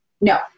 no